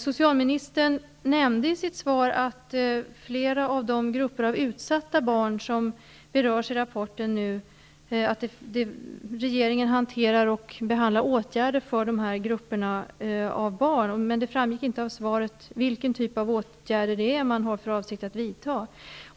Socialministern nämnde i sitt svar att regeringen nu hanterar och behandlar åtgärder för flera av de grupper av utsatta barn som berörs i rapporten, men det framgick inte av svaret vilken typ av åtgärder man har för avsikt att vidta.